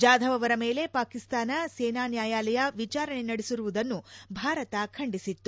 ಜಾಧವ್ ಅವರ ಮೇಲೆ ಪಾಕಿಸ್ತಾನ ಸೇನಾ ನ್ಯಾಯಾಲಯ ವಿಚಾರಣೆ ನಡೆಸಿರುವುದನ್ನು ಭಾರತ ಖಂಡಿಸಿತ್ತು